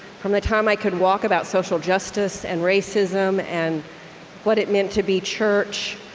from the time i could walk, about social justice and racism and what it meant to be church.